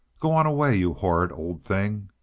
go on away, you horrid old thing